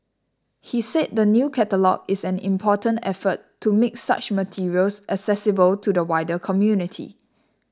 he said the new catalogue is an important effort to make such materials accessible to the wider community